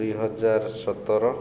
ଦୁଇହଜାର ସତର